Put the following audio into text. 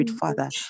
Father